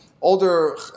older